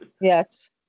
Yes